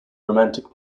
romantic